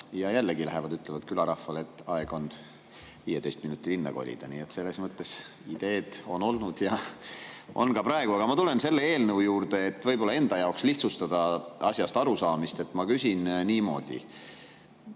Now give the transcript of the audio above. ja jällegi lähevad, ütlevad külarahvale, et aeg on 15 minuti linna kolida. Nii et selles mõttes ideed on olnud ja on ka praegu. Aga ma tulen selle eelnõu juurde. Et enda jaoks võib-olla lihtsustada asjast arusaamist, ma küsin niimoodi.